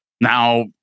Now